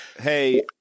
Hey